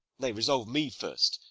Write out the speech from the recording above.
nay, resolve me first,